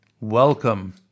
Welcome